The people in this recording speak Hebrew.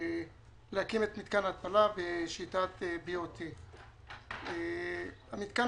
זאת כדי להקים את ההתפלה בשיטת B.O.T. המתקן